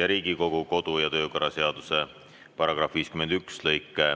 ja Riigikogu kodu- ja töökorra seaduse § 51 lõike